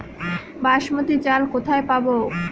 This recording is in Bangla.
বাসমতী চাল কোথায় পাবো?